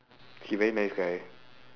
he very nice guy